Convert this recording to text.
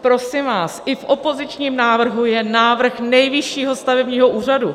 Prosím vás, i v opozičním návrhu je návrh Nejvyššího stavebního úřadu.